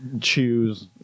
choose